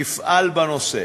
יפעל בנושא.